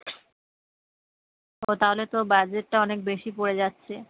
ও তাহলে তো বাজেটটা অনেক বেশি পড়ে যাচ্ছে